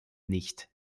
nicht